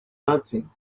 nothing